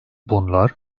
bunlar